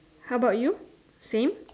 how about you same